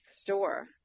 store